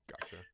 Gotcha